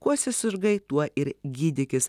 kuo susirgai tuo ir gydykis